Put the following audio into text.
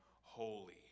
holy